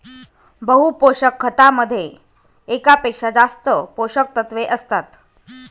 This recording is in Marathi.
बहु पोषक खतामध्ये एकापेक्षा जास्त पोषकतत्वे असतात